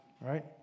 right